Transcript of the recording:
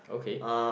okay